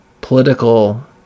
political